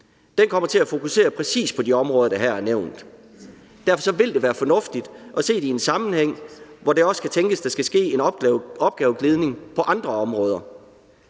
Den kommer til at fokusere præcist på de områder, der her er nævnt. Derfor vil være det fornuftigt at se det i en sammenhæng, hvor det også kan tænkes, at der skal ske en opgaveglidning på andre områder.